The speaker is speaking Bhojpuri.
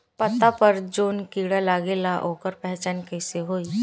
पत्ता पर जौन कीड़ा लागेला ओकर पहचान कैसे होई?